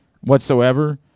whatsoever